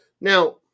Now